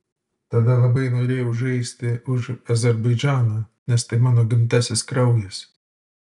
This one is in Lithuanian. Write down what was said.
tada labai norėjau žaisti už azerbaidžaną nes tai mano gimtasis kraujas